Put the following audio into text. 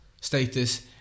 status